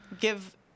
give